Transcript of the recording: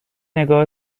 نگاه